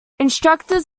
instructors